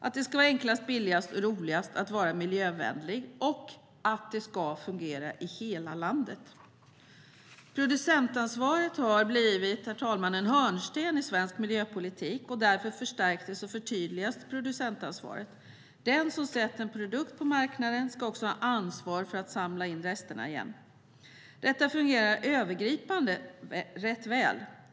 Det ska vara enklast, billigast och roligast att vara miljövänlig, och det ska fungera i hela landet. Herr talman! Producentansvaret har blivit en hörnsten i svensk miljöpolitik, och därför förstärktes och förtydligades producentansvaret. Den som sätter en produkt på marknaden ska också ha ansvar för att samla in resterna. Övergripande fungerar detta rätt väl.